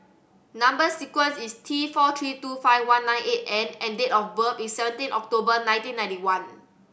number sequence is T four three two five one nine eight N and date of birth is seventeen October nineteen ninety one